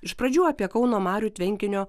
iš pradžių apie kauno marių tvenkinio